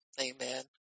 Amen